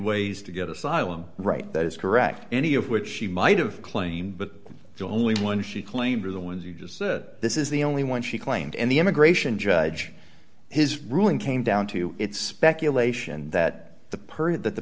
ways to get asylum right that is correct any of which she might have claimed but the only one she claimed were the ones you just said this is the only one she claimed and the immigration judge his ruling came down to it's speculation that the person that the